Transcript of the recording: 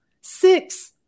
Six